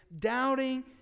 doubting